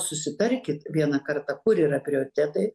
susitarkit vieną kartą kur yra prioritetai